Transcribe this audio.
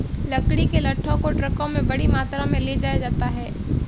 लकड़ी के लट्ठों को ट्रकों में बड़ी मात्रा में ले जाया जाता है